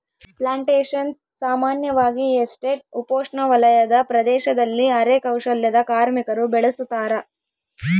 plantations ಸಾಮಾನ್ಯವಾಗಿ estate ಉಪೋಷ್ಣವಲಯದ ಪ್ರದೇಶದಲ್ಲಿ ಅರೆ ಕೌಶಲ್ಯದ ಕಾರ್ಮಿಕರು ಬೆಳುಸತಾರ